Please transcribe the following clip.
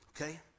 okay